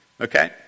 Okay